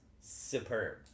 superb